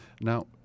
Now